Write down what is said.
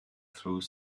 through